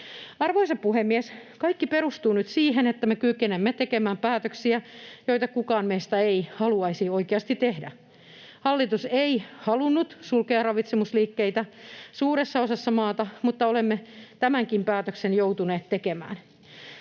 Arvoisa puhemies! Kaikki perustuu nyt siihen, että me kykenemme tekemään päätöksiä, joita kukaan meistä ei haluaisi oikeasti tehdä. Hallitus ei halunnut sulkea ravitsemusliikkeitä suuressa osassa maata, mutta olemme tämänkin päätöksen joutuneet tekemään.